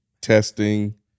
testing